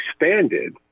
expanded